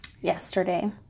yesterday